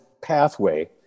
pathway